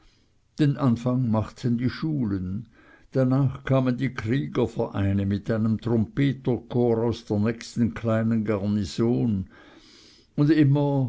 den anfang machten die schulen danach kamen die kriegervereine mit einem trompetercorps aus der nächsten kleinen garnison und immer